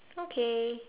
okay